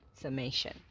summation